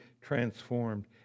transformed